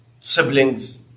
siblings